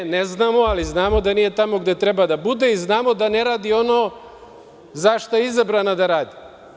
Ne znamo, ali znamo da nije tamo gde treba da bude i znamo da ne radi ono za šta je izabrana da radi.